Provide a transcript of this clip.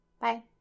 Bye